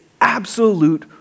absolute